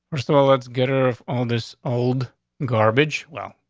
we're still let's get her of all this old garbage? well,